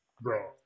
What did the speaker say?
bro